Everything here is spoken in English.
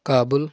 Kabul